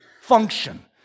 function